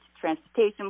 transportation